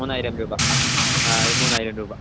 മൂവായിരം രൂപ ആ മൂവായിരം രൂപ